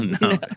no